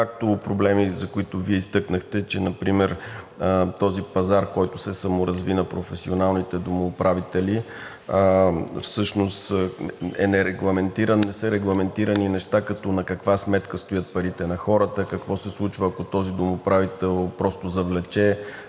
проблеми, за които Вие изтъкнахте, че например този пазар, който се саморазви, на „професионалните домоуправители“ всъщност е нерегламентиран. Не са регламентирани неща, като: на каква сметка стоят парите на хората, какво се случва, ако този домоуправител просто завлече